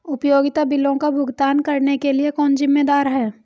उपयोगिता बिलों का भुगतान करने के लिए कौन जिम्मेदार है?